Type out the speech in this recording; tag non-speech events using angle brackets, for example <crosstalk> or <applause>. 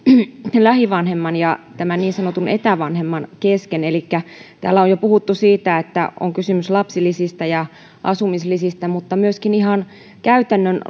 jaetaan lähivanhemman ja tämän niin sanotun etävanhemman kesken elikkä täällä on jo puhuttu siitä että on kysymys lapsilisistä ja asumislisistä mutta myöskin ihan käytännön <unintelligible>